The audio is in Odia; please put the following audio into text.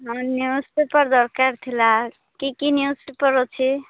ନ୍ୟୁଜ୍ପେପର୍ ଦରକାର ଥିଲା କି କି ନ୍ୟୁଜ୍ପେପର୍ ଅଛି